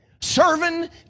Serving